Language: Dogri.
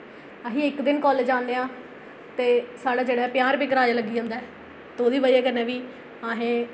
अस इक दिन कालेज औन्ने आं ते साढ़ा जेह्ड़ा ऐ पंजाह् रपेऽ कराया लगी जंदा ऐ ते ओह्दी वजह् कन्नै बी असें ई